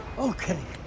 okay.